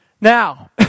Now